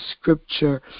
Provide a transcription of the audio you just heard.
scripture